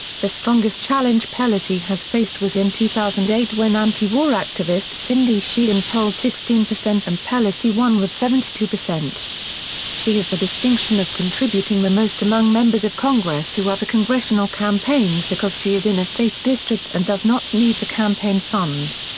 the strongest challenge pelosi has faced was in two thousand and eight when anti-war activist cindy sheehan polled sixteen percent and pelosi won with seventy two. she has the distinction of contributing the most among members of congress to other congressional campaigns because she is in a safe district and does not need the campaign funds.